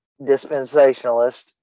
dispensationalist